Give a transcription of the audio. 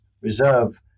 reserve